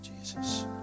Jesus